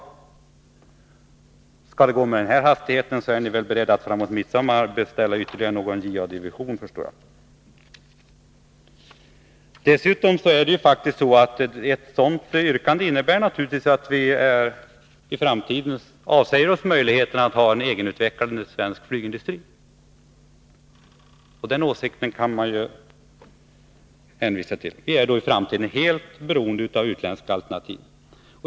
Och går utvecklingen med den här hastigheten är ni väl framemot midsommar beredda att beställa ytterligare någon jaktdivision, efter vad jag förstår. Dessutom innebär ett sådant yrkande naturligtvis att vi i framtiden avsäger oss möjligheten till en egen utvecklad svensk flygindustri. Vi är då i framtiden helt beroende av utländska alternativ.